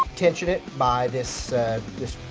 tension it by this ah.